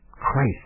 Christ